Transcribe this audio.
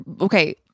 Okay